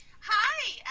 Hi